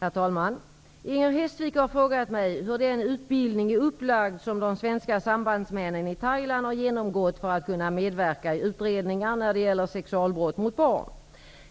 Herr talman! Inger Hestvik har frågat mig hur den utbildning är upplagd som de svenska sambandsmännen i Thailand har genomgått för att kunna medverka i utredningar när det gäller sexualbrott mot barn.